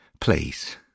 Please